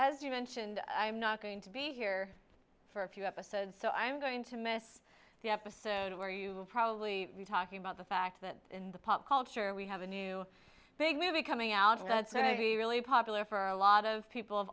you mentioned i'm not going to be here for a few episodes so i'm going to miss the episode where you are probably talking about the fact that in the pop culture we have a new big movie coming out and that's why he really popular for a lot of people of